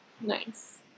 Nice